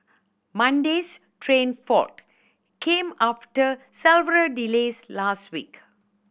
Monday's train fault came after several delays last week